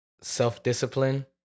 self-discipline